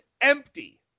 empty